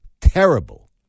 terrible